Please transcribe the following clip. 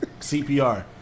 CPR